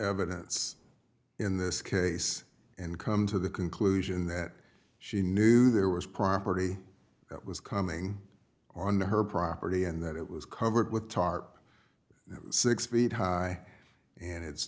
evidence in this case and come to the conclusion that she knew there was property that was coming on her property and that it was covered with a tarp six feet high and it